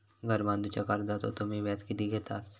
घर बांधूच्या कर्जाचो तुम्ही व्याज किती घेतास?